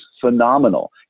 phenomenal